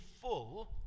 full